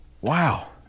Wow